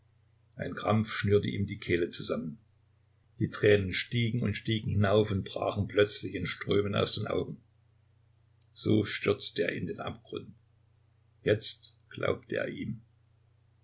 ein krampf schnürte ihm die kehle zusammen die tränen stiegen und stiegen hinauf und brachen plötzlich in strömen aus den augen so stürzte er in den abgrund jetzt glaubte er ihm